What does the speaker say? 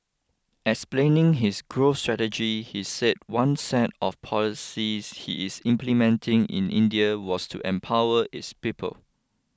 explaining his growth strategy he said one set of policies he is implementing in India was to empower its people